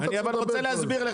אבל אני רוצה להסביר,